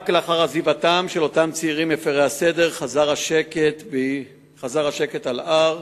רק לאחר עזיבת אותם צעירים מפירי הסדר חזר השקט אל ההר.